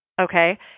Okay